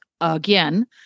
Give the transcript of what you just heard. again